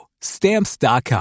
stamps.com